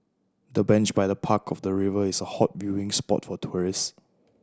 the bench by the park of the river is a hot viewing spot for tourists